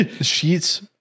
Sheets